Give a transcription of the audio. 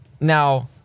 Now